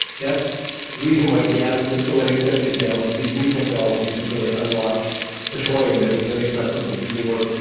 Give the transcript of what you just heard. that's the reason why gas is so inexpensive now, is these new technologies have really unlocked petroleum that was inaccessible before.